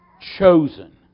chosen